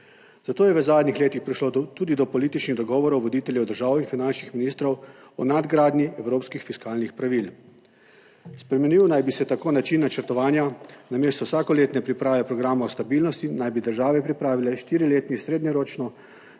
zato je v zadnjih letih prišlo tudi do političnih dogovorov voditeljev držav in finančnih ministrov o nadgradnji evropskih fiskalnih pravil. Spremenil naj bi se tako način načrtovanja; namesto vsakoletne priprave programa stabilnosti naj bi države pripravile štiriletni srednjeročno